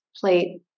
plate